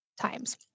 times